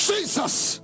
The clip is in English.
Jesus